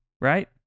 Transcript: right